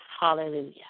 Hallelujah